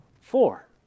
Four